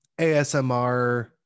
ASMR